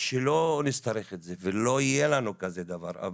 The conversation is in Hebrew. שלא נצטרך את זה ולא יהיה לנו כזה דבר.